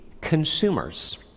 consumers